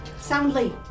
Soundly